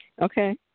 Okay